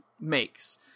makes